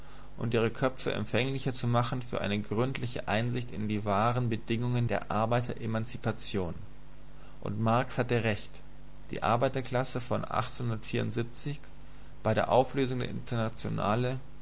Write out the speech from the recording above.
und ihre köpfe empfänglicher zu machen für eine gründliche einsicht in die wahren bedingungen der arbeiteremanzipation und marx hatte recht die arbeiterklasse von bei der auflösung der internationale